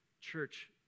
Church